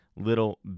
Little